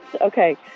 Okay